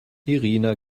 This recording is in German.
irina